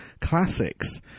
classics